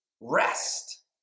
rest